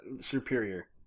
Superior